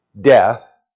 death